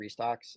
restocks